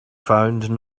found